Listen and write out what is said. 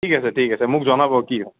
ঠিক আছে ঠিক আছে মোক জনাব কি হয়